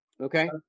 Okay